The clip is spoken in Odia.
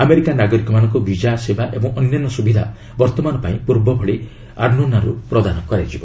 ଆମେରିକା ନାଗରିକମାନଙ୍କୁ ବିଜା ସେବା ଓ ଅନ୍ୟାନ୍ୟ ସୁବିଧା ବର୍ତ୍ତମାନ ପାଇଁ ପୂର୍ବ ଭଳି ଅର୍ଣ୍ଣୋନାରୁ ପ୍ରଦାନ କରାଯିବ